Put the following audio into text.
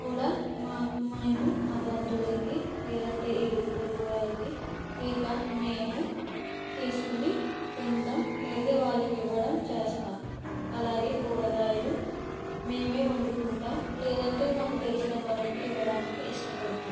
కూడా మా మేము మా బంధువులకి లేదంటే ఇరుగుపొరుగువారికి లేక మేము తీసుకొని తినడం లేదా వాళ్ళకి ఇవ్వడం చేస్తాము అలాగే కూరగాయలు మేమే వండుకుంటాం లేదంటే మాకు తెలిసిన వాళ్ళకి ఇవ్వడానికి ఇష్టపడతాం